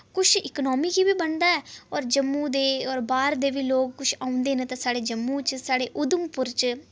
किश इकानमी गी बी बनदा ऐ और जम्मू दे और बाह्र दे बी लोक किश औंदे न ते साढ़े जम्मू च साढ़े उधमपुर च